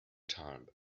time